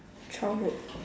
childhood